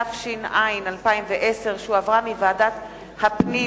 התש"ע 2010, שהחזירה ועדת הפנים